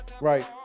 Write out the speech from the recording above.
right